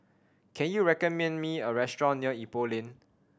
can you recommend me a restaurant near Ipoh Lane